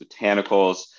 botanicals